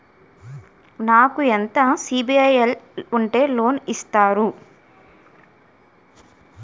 నాకు ఎంత సిబిఐఎల్ ఉంటే లోన్ ఇస్తారు?